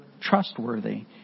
trustworthy